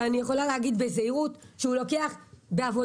שאני יכולה להגיד בזהירות שהוא לוקח בעבודה